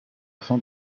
afin